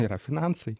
yra finansai